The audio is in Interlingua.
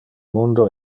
mundo